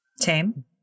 tame